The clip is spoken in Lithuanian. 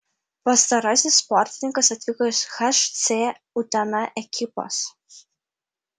pastarasis sportininkas atvyko iš hc utena ekipos